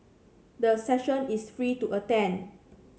the session is free to attend